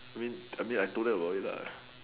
I mean I mean I told them about it lah